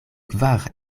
kvar